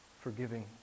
forgiving